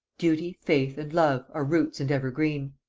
duty, faith, and love, are roots and evergreen.